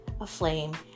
aflame